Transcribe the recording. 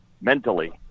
mentally